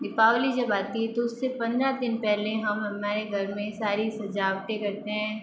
दीपावली जब आती है तो उससे पंद्रह दिन पहले हम हमारे घर में सारी सजावटें करते हैं